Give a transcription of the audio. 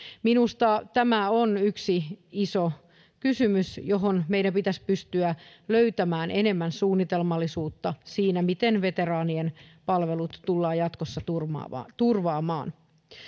minusta tämä on yksi iso kysymys johon meidän pitäisi pystyä löytämään enemmän suunnitelmallisuutta siinä miten veteraanien palvelut tullaan jatkossa turvaamaan turvaamaan